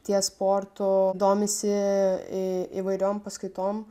ties sportu domisi įvairiom paskaitom